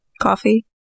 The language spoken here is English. Coffee